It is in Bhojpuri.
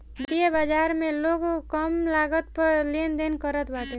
वित्तीय बाजार में लोग कम लागत पअ लेनदेन करत बाटे